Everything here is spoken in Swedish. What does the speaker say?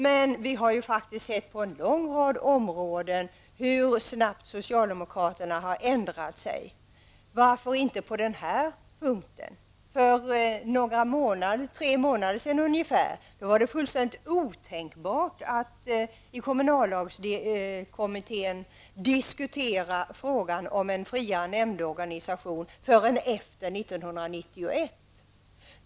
Men på en lång rad områden har vi kunnat se hur snabbt socialdemokraterna har ändrat sig. Varför kan man inte ändra sig på den här punkten? För ungefär tre månader sedan var det fullständigt otänkbart att i kommunallagskommittén diskutera frågan om en friare nämndorganisation förrän efter 1991.